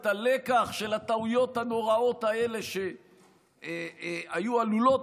את הלקח מהטעויות הנוראות האלה שהיו עלולות